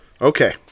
Okay